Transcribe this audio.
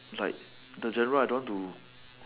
like the general I don't want to